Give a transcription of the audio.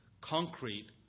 concrete